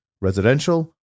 residential